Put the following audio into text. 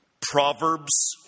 Proverbs